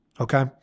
Okay